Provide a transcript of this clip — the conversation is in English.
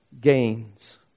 gains